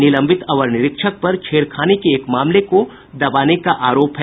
निलंबित अवर निरीक्षक पर छेड़खानी एक मामले को दबाने का आरोप है